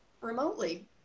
remotely